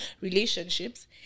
relationships